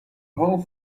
whole